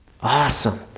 Awesome